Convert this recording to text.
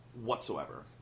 Whatsoever